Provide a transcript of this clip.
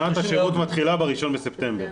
שנת השירות מתחילה ב-1 בספטמבר.